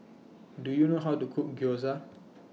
Do YOU know How to Cook Gyoza